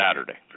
Saturday